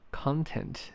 ，content